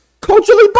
culturally